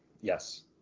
Yes